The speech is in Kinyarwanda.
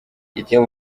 icyo